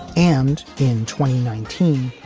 and in twenty nineteen,